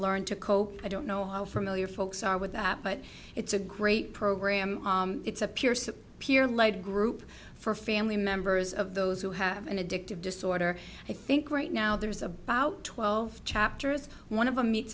learned to cope i don't know how familiar folks are with that but it's a great program it's appears that peer led group for family members of those who have an addictive disorder i think right now there's about twelve chapters one of them meets